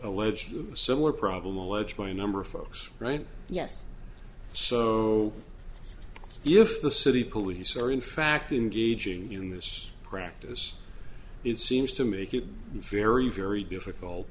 alleged similar problem alleged by a number of folks right yes so if the city police are in fact in gauging in this practice it seems to make it very very difficult